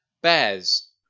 Bears